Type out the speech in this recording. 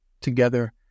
together